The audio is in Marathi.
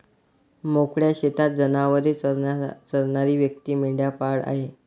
मोकळ्या शेतात जनावरे चरणारी व्यक्ती मेंढपाळ आहे